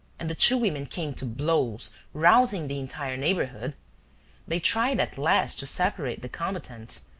and the two women came to blows, rousing the entire neighborhood they tried at last to separate the combatants,